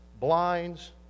blinds